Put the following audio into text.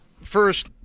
first